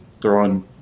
throwing